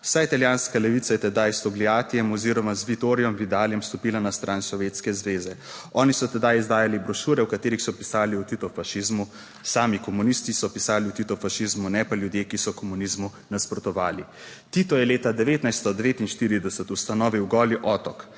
Vsa italijanska levica je tedaj s Togliattijem oziroma z Vittorijem Vidalijem stopila na stran Sovjetske zveze. Oni so tedaj izdajali brošure, v katerih so pisali o titofašizmu. Sami komunisti so pisali o titofašizmu, ne pa ljudje, ki so komunizmu nasprotovali. Tito je leta 1949 ustanovil Goli otok,